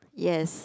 yes